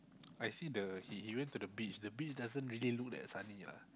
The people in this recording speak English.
I see the he he went to the beach the beach doesn't really look that sunny lah